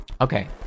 okay